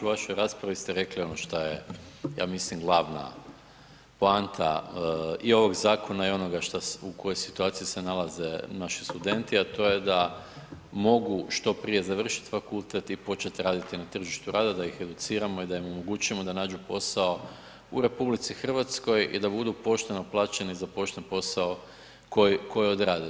U vašoj raspravi ste rekli ono što je, ja mislim, glavna poanta i ovog zakona i onoga u kojoj situaciji se nalaze naši studenti, a to je da mogu što prije završiti fakultet i početi raditi na tržištu rada, da ih educiramo i da im omogućimo da nađu posao u RH i da budu pošteno plaćeni za pošteni posao koji rade.